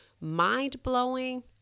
Mind-blowing